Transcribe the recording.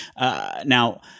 Now